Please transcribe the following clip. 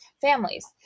families